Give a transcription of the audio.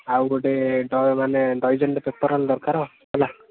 ଆଉ ଗୋଟେ ଡ ମାନେ ଡଜନ୍ଟେ ପେପର୍ ହେଲେ ଦରକାର ହେଲା